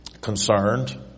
concerned